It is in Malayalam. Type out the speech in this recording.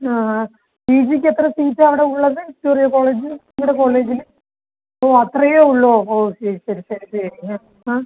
ആ ആ പി ജിക്ക് എത്ര സീറ്റാണ് അവിടെ ഉള്ളത് വിക്ടോറിയ കോളേജ് നിങ്ങളുടെ കോളേജില് ഓ അത്രയെ ഉള്ളോ ഓ ശരി ശരി ശരി ശരി ആ ആ